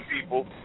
people